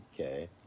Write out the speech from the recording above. okay